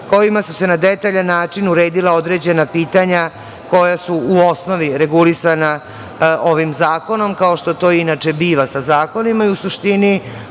kojima su se na detaljan način uredila određena pitanja koja su u osnovi regulisana ovim zakonom, kao što to inače biva sa zakonima. U suštini